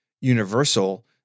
universal